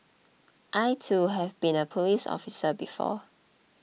I too have been a police officer before